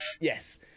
yes